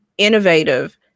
innovative